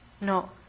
No